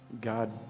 God